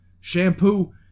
shampoo